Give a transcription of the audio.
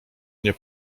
nie